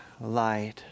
light